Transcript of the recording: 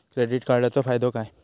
Credit कार्डाचो फायदो काय?